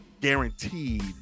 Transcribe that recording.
guaranteed